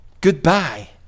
goodbye